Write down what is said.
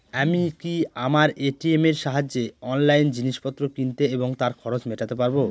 আমি কি আমার এ.টি.এম এর সাহায্যে অনলাইন জিনিসপত্র কিনতে এবং তার খরচ মেটাতে পারব?